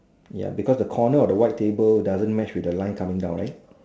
ya because the corner of the white table doesn't match with the line coming down right